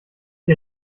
die